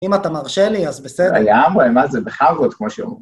אם אתה מרשה לי, אז בסדר. היה אמור, מה זה, בחאוות, כמו שאומרים.